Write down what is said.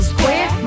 Square